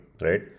right